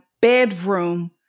bedroom